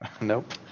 Nope